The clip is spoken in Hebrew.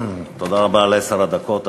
תודה רבה על עשר הדקות,